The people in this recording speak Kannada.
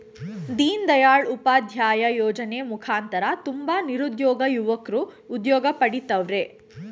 ದೀನ್ ದಯಾಳ್ ಉಪಾಧ್ಯಾಯ ಯೋಜನೆ ಮುಖಾಂತರ ತುಂಬ ನಿರುದ್ಯೋಗ ಯುವಕ್ರು ಉದ್ಯೋಗ ಪಡಿತವರ್ರೆ